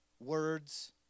Words